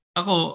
ako